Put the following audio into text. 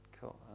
Cool